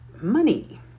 money